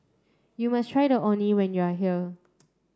you must try the Orh Nee when you are here